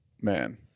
Man